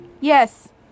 Yes